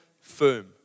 firm